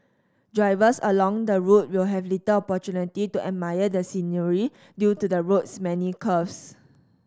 drivers along the route will have little opportunity to admire the scenery due to the road's many curves